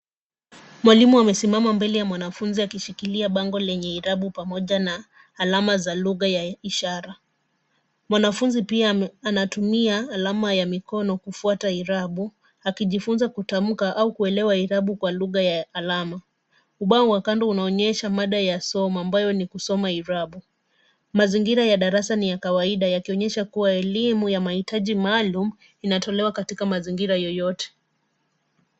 Mwalimu amesimama mbele ya mwanafunzi akishikilia bango lenye irabu pamoja na alama za lugha ya ishara. Mwanafunzi pia anatumia alama ya mikono kufwata irabu, akijifunza kutamka au kuelewa irabu kwa lugha ya alama. Ubao wa kando unaonyesha mada ya somo ambayo ni kusoma irabu. Mazingira ya darasa ni ya kawaida yakionyesha kuwa elimu ya mahitaji maalum, inatolewa katika mazingira yoyote.